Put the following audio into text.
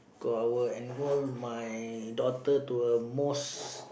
of course I will enrol my daughter to a most